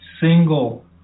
single